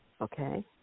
Okay